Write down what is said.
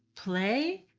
play.